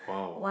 wow